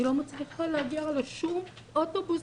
אני לא מצליחה להגיע לשום אוטובוס,